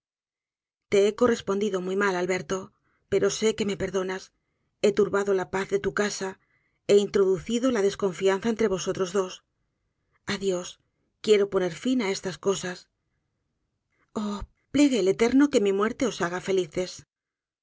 he correspondido muy mal alberto pero sé que me perdonas he turbado la paz de tu casa he introducido la desconfianza entre vosotros dos adiós quiero poner fin á estas cosas oh plegué al eterno que mi muerte os haga felices